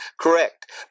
correct